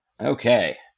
Okay